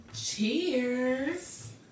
Cheers